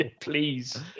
Please